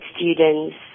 students